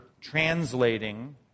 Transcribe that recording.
translating